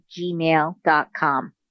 gmail.com